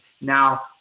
Now